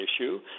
issue